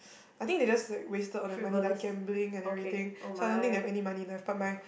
I think they just like wasted all their money like gambling and everything so I don't think they have any money left but my